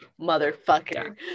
motherfucker